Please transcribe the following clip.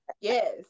Yes